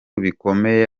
bikomeye